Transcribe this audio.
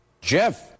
Jeff